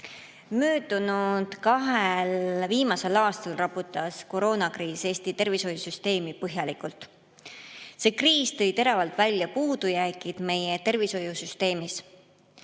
Möödunud kahel viimasel aastal raputas koroonakriis Eesti tervishoiusüsteemi põhjalikult. See kriis tõi teravalt välja puudujäägid meie tervishoiusüsteemis.